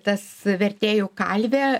tas vertėjų kalvė